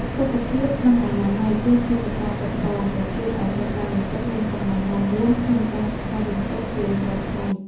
សុខភាពនិងអនាម័យ គឺជាកត្តាចម្បងដែលជួយឱ្យសិស្សានុសិស្សមានកម្លាំងមាំមួនក្នុងការសិក្សារៀនសូត្រជារៀងរាល់ថ្ងៃ។